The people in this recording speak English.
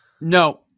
no